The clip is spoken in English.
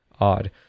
odd